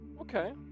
Okay